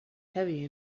heavy